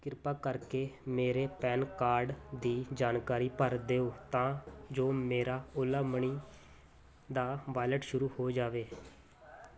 ਕਿਰਪਾ ਕਰਕੇ ਮੇਰੇ ਪੈਨ ਕਾਰਡ ਦੀ ਜਾਣਕਾਰੀ ਭਰ ਦਿਓ ਤਾਂ ਜੋ ਮੇਰਾ ਓਲਾ ਮਨੀ ਦਾ ਵਾਇਲਟ ਸ਼ੁਰੂ ਹੋ ਜਾਵੇ